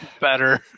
better